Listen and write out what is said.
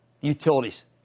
Utilities